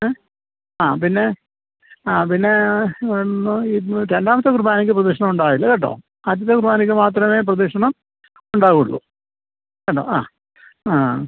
ഏ ആ പിന്നെ ആ പിന്നേ എന്നാ ഇന്ന് രണ്ടാമത്തെ കുറുബാനയ്ക്ക് പ്രദക്ഷിണമുണ്ടാവില്ല കേട്ടോ ആദ്യത്തെ കുറുബാനയ്ക്ക് മാത്രമേ പ്രദക്ഷിണം ഉണ്ടാകുള്ളൂ കേട്ടോ ആ ആ ആ